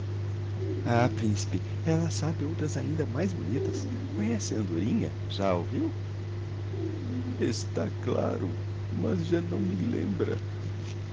ah principe ella sabe outras ainda mais bonitas conhece a andorinha já a ouviu está claro mas já não me lembra